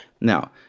Now